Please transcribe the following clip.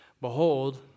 Behold